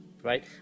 Right